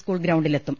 school ഗ്രൌണ്ടിലെത്തും